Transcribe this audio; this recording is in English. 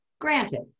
granted